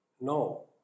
No